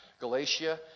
Galatia